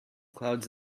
clouds